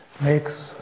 makes